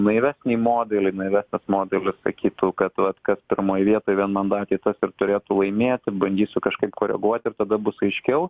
naivesnį modelį naivesnis modelį sakytų kad vat kas pirmoj vietoj vienmandatėj tas ir turėtų laimėti bandysiu kažkaip koreguoti ir tada bus aiškiau